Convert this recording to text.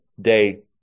day